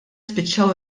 spiċċaw